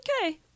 Okay